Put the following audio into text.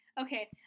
okay